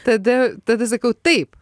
tada tada sakau taip